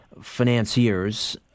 financiers